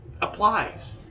applies